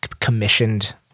commissioned